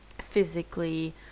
physically